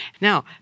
Now